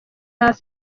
hafi